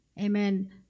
amen